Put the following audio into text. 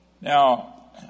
Now